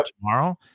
tomorrow